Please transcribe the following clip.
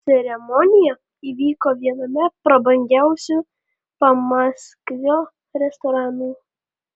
ceremonija įvyko viename prabangiausių pamaskvio restoranų